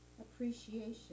Appreciation